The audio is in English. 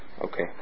Okay